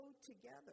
together